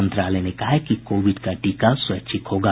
मंत्रालय ने कहा है कि कोविड का टीका स्वैच्छिक होगा